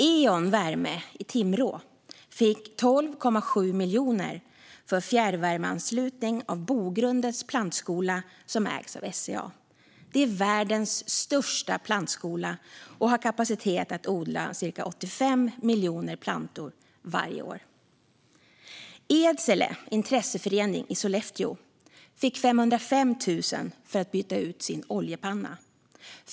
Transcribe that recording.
Eon Värme i Timrå fick 12,7 miljoner för fjärrvärmeanslutning av Bogrundets plantskola, som ägs av SCA. Den är världens största plantskola och har kapacitet att odla ca 85 miljoner plantor varje år. Edsele intresseförening i Sollefteå fick 505 000 för att byta ut sin oljepanna.